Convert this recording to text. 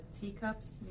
teacups